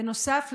בנוסף,